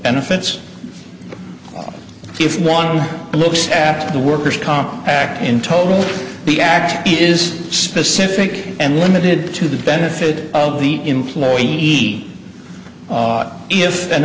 benefits if one looks at the worker's comp act in total the act is specific and limited to the benefit of the employee e if an